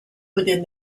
within